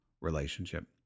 relationship